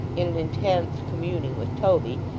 in an intense communing with toby,